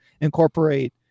incorporate